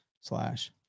slash